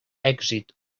èxit